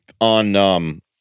on